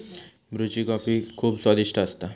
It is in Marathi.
ब्रुची कॉफी खुप स्वादिष्ट असता